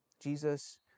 Jesus